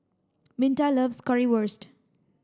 Minta loves Currywurst